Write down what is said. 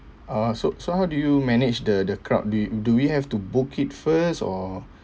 ah so so how do you manage the the crowd d~ do we have to book it first or